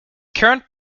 current